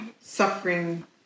suffering